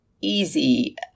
easy